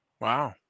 Wow